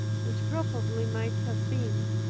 which probably might have been,